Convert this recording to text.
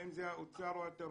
האם זה האוצר או התרבות?